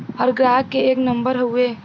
हर ग्राहक के एक नम्बर हउवे